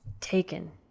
taken